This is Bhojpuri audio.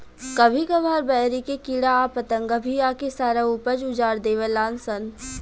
कभी कभार बहरी के कीड़ा आ पतंगा भी आके सारा ऊपज उजार देवे लान सन